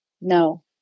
no